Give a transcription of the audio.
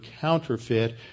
counterfeit